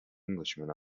englishman